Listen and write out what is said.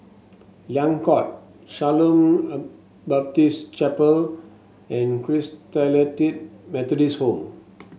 Liang Court Shalom Baptist Chapel and Christalite Methodist Home